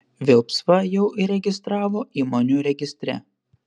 vilspą jau įregistravo įmonių registre